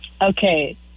okay